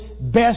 best